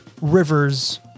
rivers